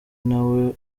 nawe